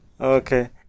Okay